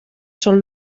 són